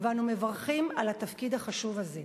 ואנו מברכים על התפקיד החשוב הזה.